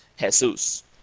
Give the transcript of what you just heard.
Jesus